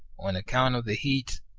on account of the heat,